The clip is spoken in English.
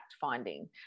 finding